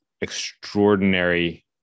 extraordinary